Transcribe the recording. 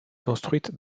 construite